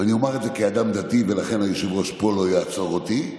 אני אומר את זה כאדם דתי ולכן היושב-ראש פה לא יעצור אותי,